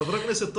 חבר הכנסת טאהא,